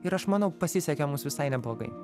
ir aš manau pasisekė mums visai neblogai